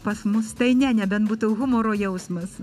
pas mus tai ne nebent būtų humoro jausmas